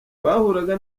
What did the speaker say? twahuraga